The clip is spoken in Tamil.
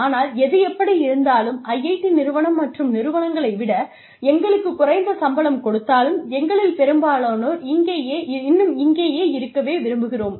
ஆனால் எது எப்படி இருந்தாலும் IIT நிறுவனம் மற்ற நிறுவனங்களை விட எங்களுக்கு குறைந்த சம்பளம் கொடுத்தாலும் எங்களில் பெரும்பாலானோர் இன்னும் இங்கேயே இருக்கவே விரும்புகிறோம்